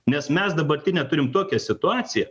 nes mes dabartinę turim tokią situaciją